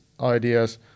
ideas